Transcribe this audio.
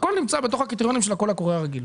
הכול נמצא בתוך הקריטריונים של הקול הקורא הרגיל.